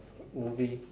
movie